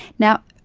now,